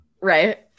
Right